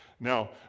Now